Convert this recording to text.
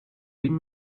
vint